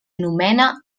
anomena